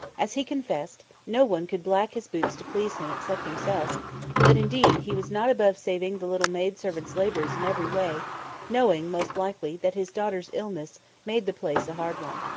as he confessed, no one could black his boots to please him except himself but, indeed, he was not above saving the little maid-servant's labours in every way knowing, most likely, that his daughter's illness made the place a hard one.